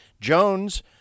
Jones